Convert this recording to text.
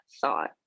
thought